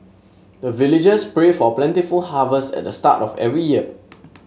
the villagers pray for plentiful harvest at the start of every year